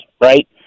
right